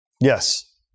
Yes